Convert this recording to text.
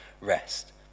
rest